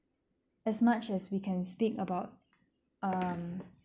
as much as we can speak about um